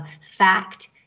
fact